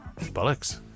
Bollocks